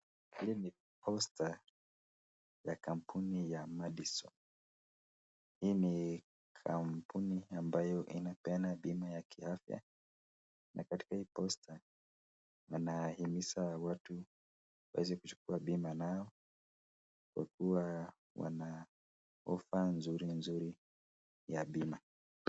Hili ni poster ya kampuni ya Madison. Hii ni kampuni ambayo inapeana bima ya kiafya na katika hii poster wanahimiza watu waweze kuchukua bima nayo kwa kuwa wana offer nzuri nzuri ya bima.